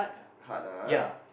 hard lah